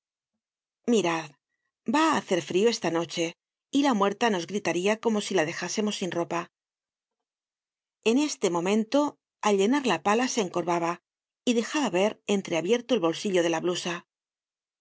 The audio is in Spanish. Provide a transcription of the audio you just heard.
mirad va á hacer frio esta noche y la muerta nos gritaría como si la dejásemos sin ropa en este momento al llenar la pala se encorvaba y dejaba ver entreabierto el bolsillo de la blusa